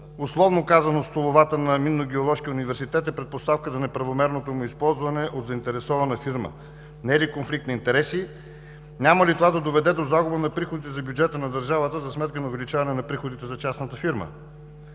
условно казано в столовата на Минно-геоложкия университет – е предпоставка за неправомерното му използване от заинтересована фирма? Не е ли конфликт на интереси? Няма ли това да доведе до загуба на приходите за бюджета на държавата за сметка на увеличаване на приходите за частната фирма?